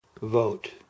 Vote